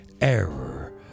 Error